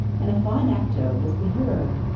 and a fine actor was the hero.